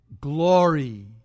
glory